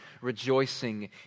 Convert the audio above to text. rejoicing